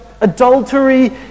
adultery